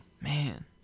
man